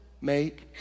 make